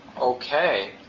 okay